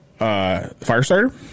Firestarter